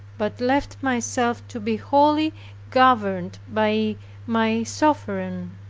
but left myself to be wholly governed by my sovereign.